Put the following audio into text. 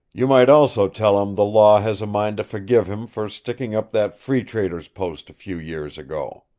you might also tell him the law has a mind to forgive him for sticking up that free trader's post a few years ago.